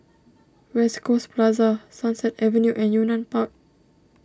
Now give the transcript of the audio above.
West Coast Plaza Sunset Avenue and Yunnan Park